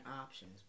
options